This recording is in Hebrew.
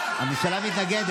תומך,